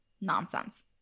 nonsense